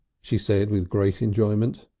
she said with great enjoyment.